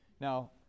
Now